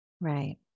Right